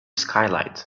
skylight